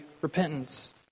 repentance